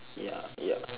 ya ya